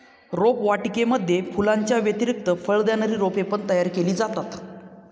रोपवाटिकेमध्ये फुलांच्या व्यतिरिक्त फळ देणारी रोपे पण तयार केली जातात